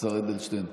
השר אדלשטיין,